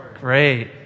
Great